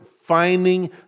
finding